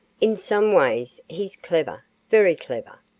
in some ways he's clever, very clever,